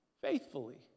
faithfully